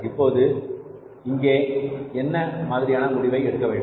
இப்போது இங்கே என்ன மாதிரியான முடிவை எடுக்க வேண்டும்